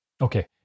Okay